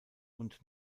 und